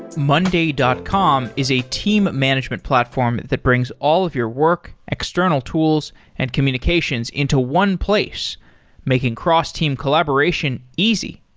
monday dot com is a team management platform that brings all of your work, external tools and communications into one place making cross-team collaboration easy.